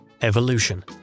Evolution